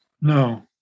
No